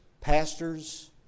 pastors